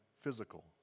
physical